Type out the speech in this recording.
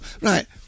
right